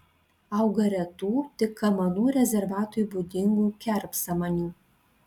auga retų tik kamanų rezervatui būdingų kerpsamanių